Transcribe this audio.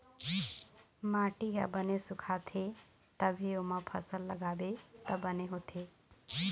माटी ह बने सुखाथे तभे ओमा फसल लगाबे त बने होथे